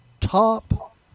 top